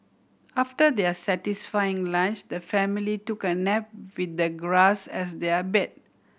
after their satisfying lunch the family took a nap with the grass as their bed